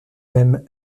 même